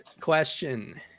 question